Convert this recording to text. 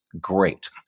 great